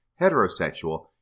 heterosexual